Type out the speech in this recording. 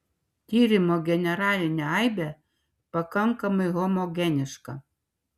tyrimo generalinė aibė pakankamai homogeniška